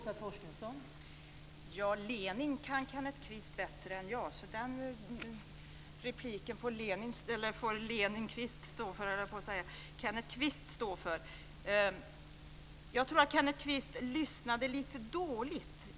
Fru talman! Lenin kan Kenneth Kvist bättre än jag. Den repliken får Kenneth Kvist stå för. Kenneth Kvist lyssnade lite dåligt.